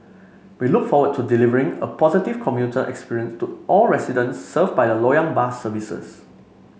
we look forward to delivering a positive commuter experience to all residents served by the Loyang bus services